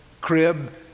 crib